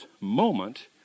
moment